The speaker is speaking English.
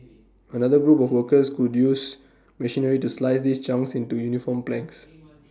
another group of workers would use machinery to slice these chunks into uniform planks